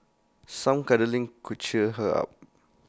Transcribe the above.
some cuddling could cheer her up